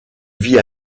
vit